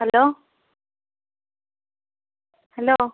hello hello